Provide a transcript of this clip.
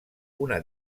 una